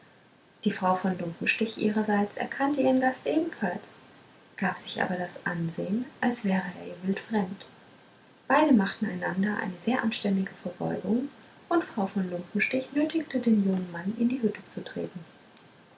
die frau von lumpenstich ihrerseits erkannte ihren gast ebenfalls gab sich aber das ansehen als wäre er ihr wildfremd beide machten einander eine sehr anständige verbeugung und frau von lumpenstich nötigte den jungen mann in die hütte zu treten